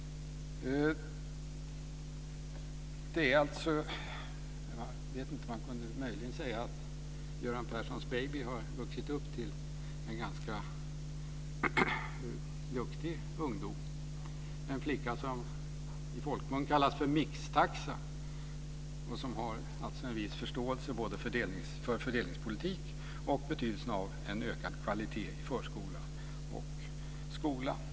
Jag vet inte om jag möjligen kan säga att Göran Perssons baby har vuxit upp till en ganska duktig ungdom, en flicka som i folkmun kallas för "Mixtaxa" som har en viss förståelse för fördelningspolitik och för betydelsen av en ökad kvalitet i förskolan och skolan.